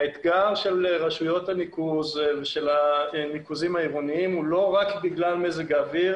האתגר של רשויות הניקוז והניקוזים העירוניים הוא לא רק בגלל מזג האוויר